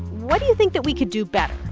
what do you think that we could do better?